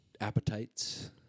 appetites